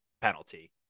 penalty